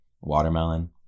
watermelon